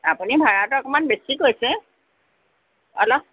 আপুনি ভাড়াটো অকণমান বেছি কৈছে অলপ